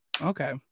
okay